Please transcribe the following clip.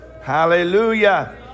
Hallelujah